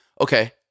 Okay